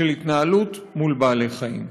של התנהלות מול בעלי-חיים.